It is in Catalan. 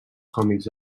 còmics